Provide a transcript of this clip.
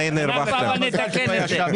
אבל אנחנו נתקן את זה.